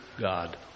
God